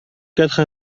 quatre